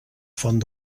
font